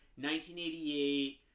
1988